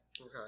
Okay